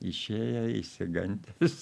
išėjo išsigandęs